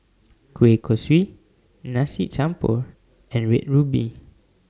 Kueh Kosui Nasi Campur and Red Ruby